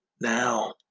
now